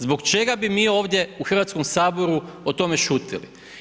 Zbog čega bi mi ovdje u Hrvatskom saboru o tome šutjeli?